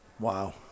Wow